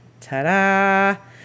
Ta-da